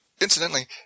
incidentally